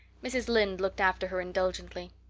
mrs. lynde looked after her indulgently.